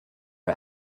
her